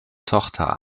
tochter